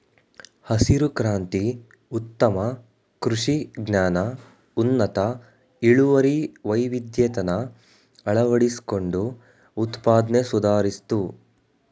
ಹಸಿರು ಕ್ರಾಂತಿ ಉತ್ತಮ ಕೃಷಿ ಜ್ಞಾನ ಉನ್ನತ ಇಳುವರಿ ವೈವಿಧ್ಯತೆನ ಅಳವಡಿಸ್ಕೊಂಡು ಉತ್ಪಾದ್ನೆ ಸುಧಾರಿಸ್ತು